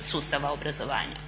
sustava obrazovanja.